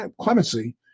clemency